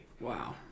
Wow